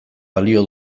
balio